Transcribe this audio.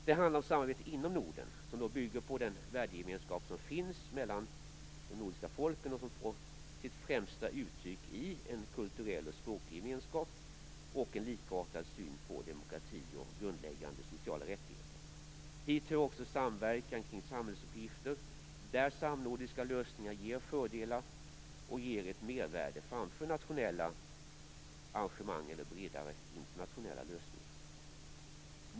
Det handlar först om samarbetet inom Norden som bygger på den värdegemenskap som finns mellan de nordiska folken och som får sitt främsta uttryck i kulturell och språklig gemenskap och en likartad syn på demokrati och grundläggande sociala rättigheter. Hit hör också samverkan kring samhällsuppgifter, där samnordiska lösningar ger fördelar och ett mervärde framför nationella arrangemang eller bredare internationella lösningar.